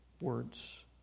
words